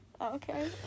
Okay